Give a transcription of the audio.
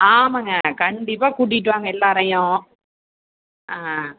ஆமாங்க கண்டிப்பாக கூட்டிகிட்டு வாங்க எல்லோரையும்